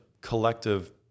collective